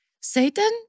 Satan